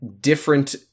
different